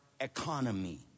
economy